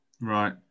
Right